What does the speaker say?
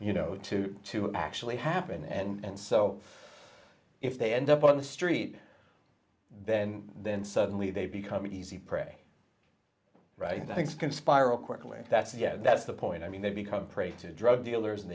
you know two to actually happen and so if they end up on the street then then suddenly they become easy prey right things can spiral quickly that's yeah that's the point i mean they become prey to drug dealers and